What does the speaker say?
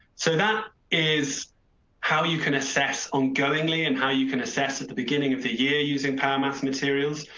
so that is how you can assess on going like and how you can assess at the beginning of the year using power math materials.